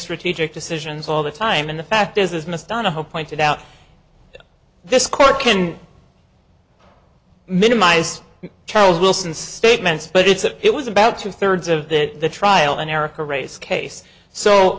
strategic decisions all the time and the fact is as mr donahoe pointed out this court can minimize charles wilson statements but it's that it was about two thirds of that the trial in erik arrays case so